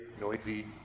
noisy